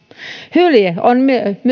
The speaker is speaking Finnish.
hylje on